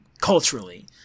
culturally